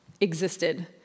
existed